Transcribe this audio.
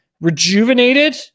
rejuvenated